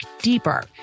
deeper